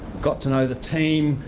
got to know the team,